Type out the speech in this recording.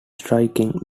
striking